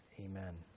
Amen